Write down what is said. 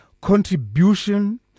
contribution